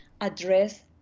address